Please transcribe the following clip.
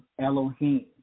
Elohim